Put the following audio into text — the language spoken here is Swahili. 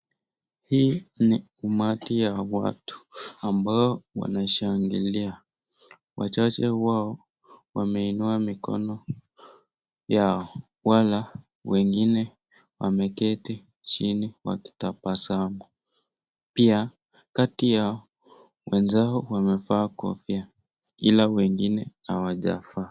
Hii ni umati ya watu ambao wanashangilia. Wachache wao wameinua mikono yao wala wengine wameketi chini wakitabasamu. Pia kati yao wenzao wamevaa kofia ila wengine hawajavaa.